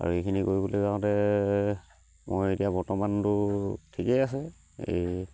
আৰু এইখিনি কৰিবলৈ যাওঁতে মই এতিয়া বৰ্তমানটো ঠিকেই আছে এই